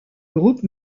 groupe